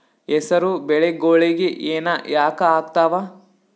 ಹೆಸರು ಬೆಳಿಗೋಳಿಗಿ ಹೆನ ಯಾಕ ಆಗ್ತಾವ?